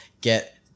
get